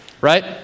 right